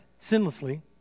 sinlessly